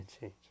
change